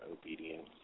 Obedience